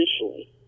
initially